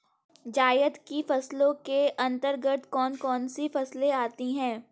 जायद की फसलों के अंतर्गत कौन कौन सी फसलें आती हैं?